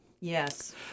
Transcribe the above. Yes